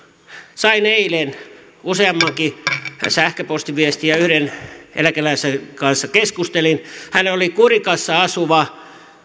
sain eilen useammankin sähköpostiviestin ja yhden eläkeläisen kanssa keskustelin hän oli kurikassa asuva